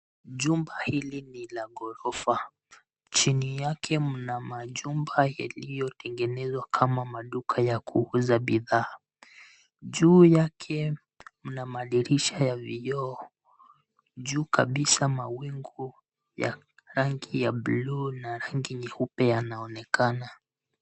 Jumba hili ni la ghorofa, chini yake mna majumba yaliyotengenezwa kama maduka ya kuuza bidhaa. Juu yake mna madirisha ya vioo, juu kabisa mawingu ya rangi ya blue na rangi nyeupe yanaonekana.